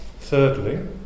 Thirdly